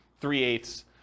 three-eighths